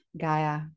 Gaia